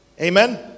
Amen